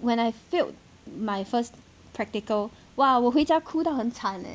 when I failed my first practical !wah! 我回家哭得很惨 leh